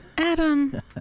Adam